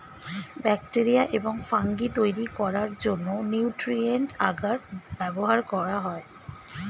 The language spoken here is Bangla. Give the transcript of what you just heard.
ব্যাক্টেরিয়া এবং ফাঙ্গি তৈরি করার জন্য নিউট্রিয়েন্ট আগার ব্যবহার করা হয়